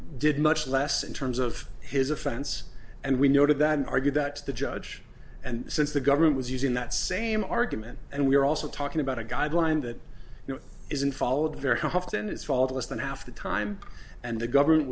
did much less in terms of his offense and we noted that and argued that the judge and since the government was using that same argument and we're also talking about a guideline that you know isn't followed very often is fault less than half the time and the government